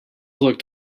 looked